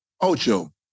Ocho